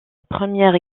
première